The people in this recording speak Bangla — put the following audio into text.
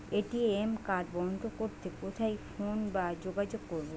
এ.টি.এম কার্ড বন্ধ করতে কোথায় ফোন বা যোগাযোগ করব?